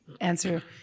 answer